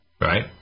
right